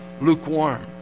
lukewarm